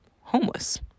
homeless